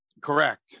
Correct